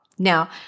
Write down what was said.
Now